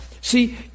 See